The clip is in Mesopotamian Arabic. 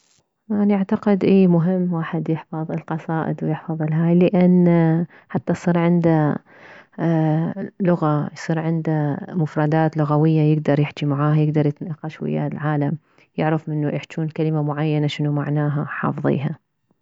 اني اعتقد اي مهم واحد يحفظ القصائد ويحفظ الهاي لان حتى تصير عنده اه لغة يصير عنده مفردات لغوية يكدر يحجي معاه يكدر يتناقش ويه العالم يعرف من يحجون كلمة معينة شنو معناها حافظيها